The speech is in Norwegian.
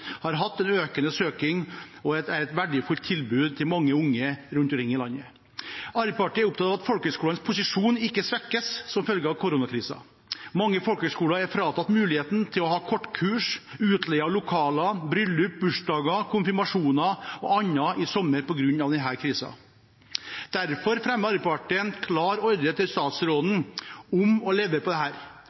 hatt en økende søkning og er et verdifullt tilbud til mange unge rundt omkring i landet. Arbeiderpartiet er opptatt av at folkehøgskolenes posisjon ikke svekkes som følge av koronakrisen. Mange folkehøgskoler er fratatt muligheten til å ha kortkurs, utleie av lokaler, bryllup, bursdager, konfirmasjoner og annet i sommer på grunn av denne krisen. Derfor fremmer Arbeiderpartiet en klar ordre til statsråden om å levere på